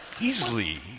Easily